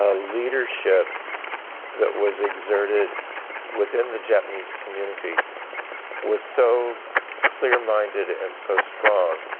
ah leadership that was exerted within the japanese community was so clear minded and so strong,